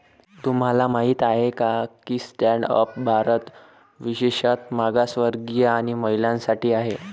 तुम्हाला माहित आहे का की स्टँड अप भारत विशेषतः मागासवर्गीय आणि महिलांसाठी आहे